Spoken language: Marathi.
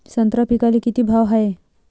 संत्रा पिकाले किती भाव हाये?